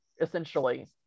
essentially